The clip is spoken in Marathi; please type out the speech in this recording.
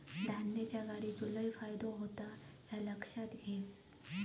धान्याच्या गाडीचो लय फायदो होता ह्या लक्षात घे